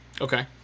Okay